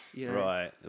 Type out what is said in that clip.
Right